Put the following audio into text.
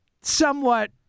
somewhat